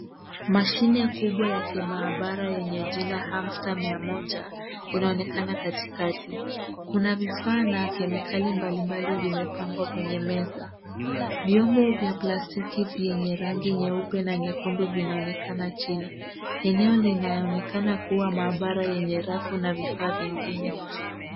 Mashine kubwa ya kimaabara yenye jina hamstam 100 inaonekana katikati. Kuna vifaa na kemikali mbalimbali zimepangwa kwenye meza. Vyombo vya plastiki vyenye rangi nyeupe na nyekundu vinaonekana chini. Eneo linayoonekana kuwa maabara yenye rafu na vifaa vingine.